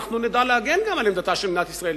אנחנו נדע להגן גם על עמדתה של מדינת ישראל,